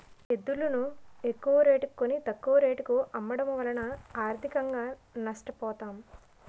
ఎద్దులును ఎక్కువరేటుకి కొని, తక్కువ రేటుకు అమ్మడము వలన ఆర్థికంగా నష్ట పోతాం